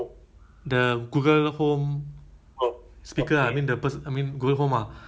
I ask google ah using my voice ah like when is my birthday or what is my age ah something